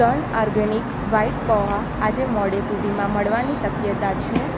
turn organic white poha આજે મોડે સુધીમાં મળવાની શક્યતા છે